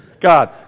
God